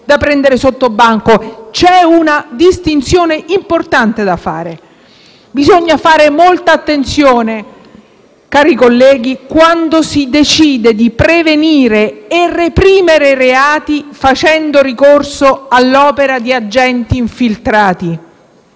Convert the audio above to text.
da prendere sottobanco. C'è una distinzione importante da fare: bisogna fare molta attenzione, cari colleghi, quando si decide di prevenire e reprimere reati facendo ricorso all'opera di agenti infiltrati.